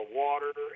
water